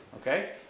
okay